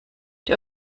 die